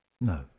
No